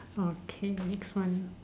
okay next one